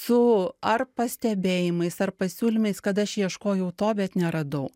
su ar pastebėjimais ar pasiūlymais kad aš ieškojau to bet neradau